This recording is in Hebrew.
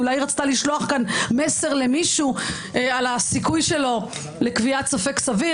אולי היא רצתה לשלוח כאן מסר למישהו על הסיכוי שלו לקביעת ספק סביר,